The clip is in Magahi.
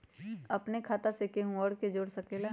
अपन खाता मे केहु आर के जोड़ सके ला?